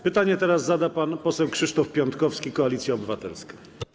Pytanie zada pan poseł Krzysztof Piątkowski, Koalicja Obywatelska.